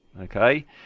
okay